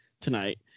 tonight